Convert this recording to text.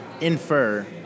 infer